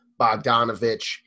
Bogdanovich